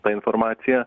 ta informacija